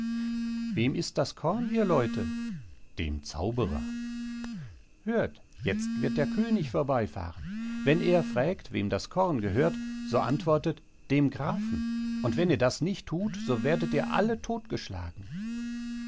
wem ist das korn ihr leute dem zauberer hört jetzt wird der könig vorbeifahren wenn er frägt wem das korn gehört so antwortet dem grafen und wenn ihr das nicht thut so werdet ihr alle todtgeschlagen